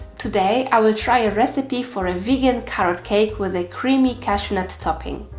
today i will try a recipe for a vegan carrot cake with a creamy cashew nut topping.